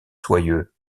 soyeux